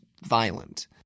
violent